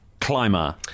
Climber